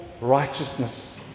righteousness